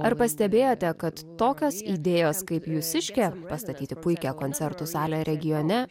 ar pastebėjote kad tokios idėjos kaip jūsiškė pastatyti puikią koncertų salę regione